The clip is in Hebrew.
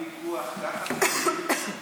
הוויכוח עכשיו במיידי,